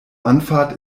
anfahrt